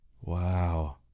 Wow